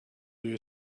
you